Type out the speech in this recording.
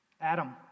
Adam